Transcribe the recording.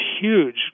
huge